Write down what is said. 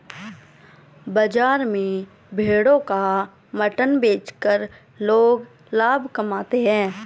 बाजार में भेड़ों का मटन बेचकर लोग लाभ कमाते है